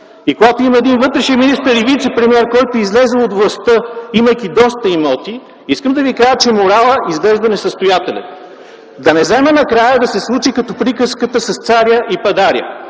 И когато има един вътрешен министър и вицепремиер, който е излязъл от властта, имайки доста имоти, искам да ви кажа, че моралът изглежда несъстоятелен. Да не вземе накрая да се случи като приказката с царя и пъдаря,